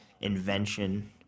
invention